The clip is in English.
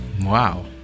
Wow